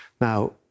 Now